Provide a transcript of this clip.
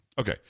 Okay